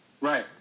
Right